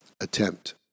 attempt